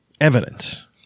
evidence